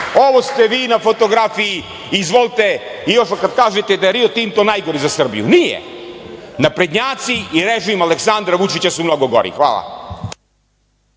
ovo ste vi na fotografiji. Izvolte, i još kada kažete da je „Rio Tinto“ najgori za Srbiju, nije, naprednjaci i režim Aleksandra Vučića su mnogo gori. Hvala.